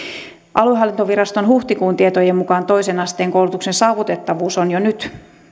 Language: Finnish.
aluehallintoviraston huhtikuun tietojen mukaan toisen asteen koulutuksen saavutettavuus on jo nyt